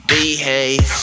Behave